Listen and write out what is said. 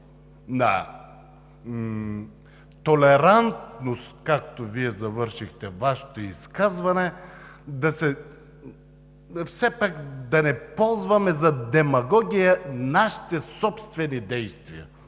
на толерантност, както завършихте Вашето изказване, все пак да не ползваме за демагогия нашите собствени действия.